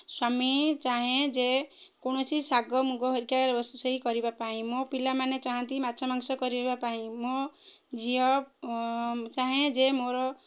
ସ୍ଵାମୀ ଚାହେଁ ଯେ କୌଣସି ଶାଗ ମୁଗ ହେରିକା ରୋଷେଇ କରିବା ପାଇଁ ମୋ ପିଲାମାନେ ଚାହାଁନ୍ତି ମାଛ ମାଂସ କରିବା ପାଇଁ ମୋ ଝିଅ ଚାହେଁ ଯେ ମୋର